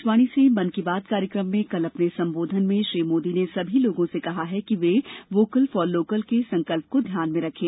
आकाशवाणी से मन की बात कार्यक्रम में कल अपने सम्बोधन में श्री मोदी ने सभी लोगों से कहा कि वे वोकल फॉर लोकल के संकल्प को ध्यान में रखें